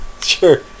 Sure